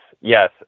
yes